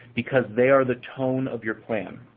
because they are the tone of your plan.